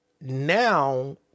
now